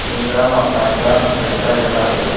ꯄꯨꯡ ꯇꯔꯥ ꯃꯈꯥꯏ ꯇꯔꯥꯃꯥꯊꯣꯏ ꯁ꯭ꯋꯥꯏꯁꯤꯗ ꯂꯥꯛꯄꯤꯔꯣ